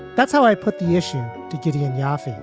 that's how i put the issue to gideon yaphe